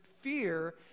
fear